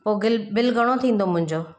पोइ बिल घणो थींदो मुंहिंजो